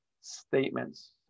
statements